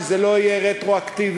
שזה לא יהיה רטרואקטיבית,